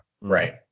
Right